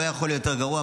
לא יכול להיות יותר גרוע.